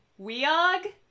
Weog